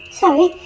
sorry